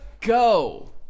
go